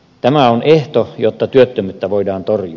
tämä on ehto jotta työttömyyttä voidaan torjua